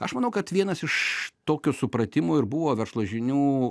aš manau kad vienas iš tokio supratimo ir buvo verslo žinių